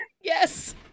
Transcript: Yes